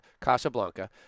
Casablanca